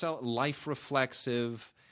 life-reflexive